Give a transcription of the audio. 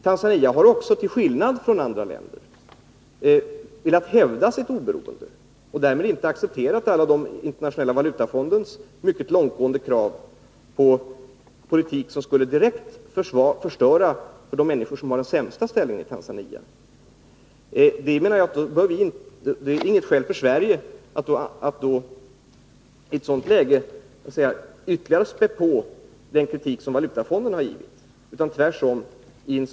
Tanzania har också till skillnad från andra länder velat hävda sitt oberoende och därmed inte accepterat alla Internationella valutafondens mycket långtgående krav på en politik som direkt skulle förstöra för de människor som har den sämsta ställningen i Tanzania. Jag menar att det icke är något skäl för Sverige att i ett sådant läge ytterligare spä på den kritik som Internationella valutafonden kommit med.